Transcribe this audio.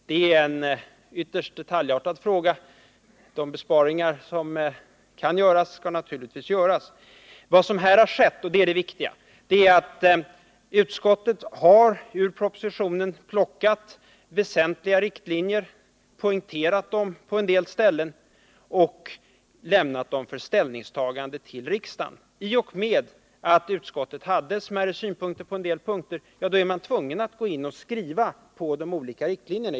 Det är en detaljartad fråga; de besparingar som kan göras skall naturligtvis göras. Vad som här har skett —det är det viktiga — är att utskottet ur propositionen plockat väsentliga riktlinjer, poängterat dem och lämnat dem till riksdagen för ställningstagande. I och med att utskottet hade smärre synpunkter på en del avsnitt var man tvungen att gå in och skriva när det gäller de olika riktlinjerna.